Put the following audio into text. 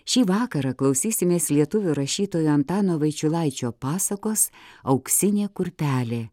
šį vakarą klausysimės lietuvių rašytojo antano vaičiulaičio pasakos auksinė kurpelė